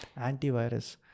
antivirus